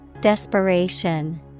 Desperation